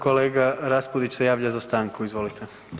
Kolega Raspudić se javlja za stanku, izvolite.